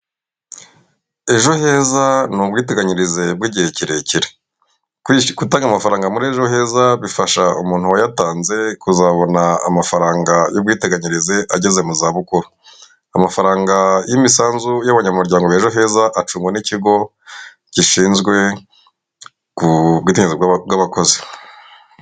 Ejo heza ni ubwiteganyirize bw'igihe kirekire, gutanga amafaranga muri ejoheza bifasha umuntu wayatanze kuzabona amafaranga y'ubwiteganyirize ageze mu zabukuru. Amafaranga y'imisanzu y'abanyamuryango ba ejo heza acungwa n'ikigo gishinzwe ubwiteganyirize bw'abakozi.